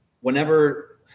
whenever